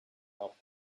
help